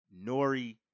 Nori